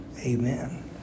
Amen